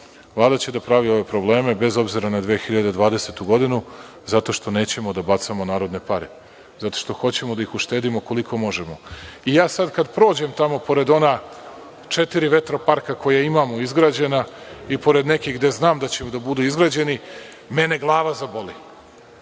će da pravi obe probleme, bez obzira na 2020. godinu, zato što nećemo da bacamo narodne pare. Zato što hoćemo da ih uštedimo koliko možemo. Kada prođem pored ona četiri vetroparka koja imamo izgrađena i pored nekih gde znam da će da budu izgrađeni, mene glava zaboli,